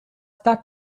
that